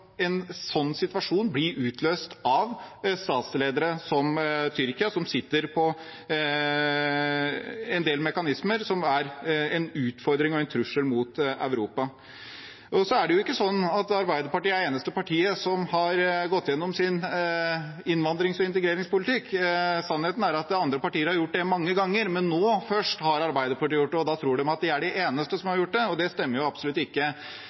en sånn situasjon blir utløst av statsledere, som Tyrkias, som sitter på en del mekanismer, som er en utfordring og en trussel mot Europa. Så er det ikke sånn at Arbeiderpartiet er det eneste partiet som har gått gjennom sin innvandrings- og integreringspolitikk. Sannheten er at andre partier har gjort det mange ganger, men først nå har Arbeiderpartiet gjort det – og da tror de at de er de eneste som har gjort det. Det stemmer jo absolutt ikke.